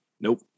nope